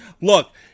Look